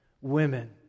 women